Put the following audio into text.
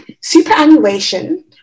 Superannuation